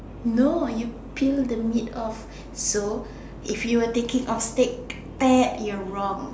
no you peel the meat off so if you were thinking of steak you are wrong